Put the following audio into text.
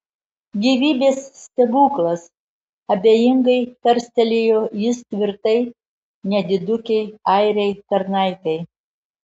gyvybės stebuklas abejingai tarstelėjo jis tvirtai nedidukei airei tarnaitei